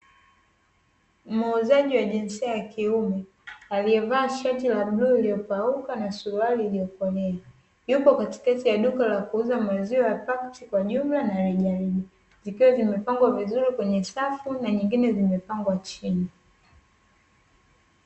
Muuzaji wa jinsia ya kiume aliyevaa shati la bluu iliyopauka na suruali iliyokolea, yupo katikati ya duka la kuuza maziwa ya pakiti kwa jumla na rejareja, zikiwa zimepangwa vizuri kwenye safu na zingine zikiwa zimepangwa chini.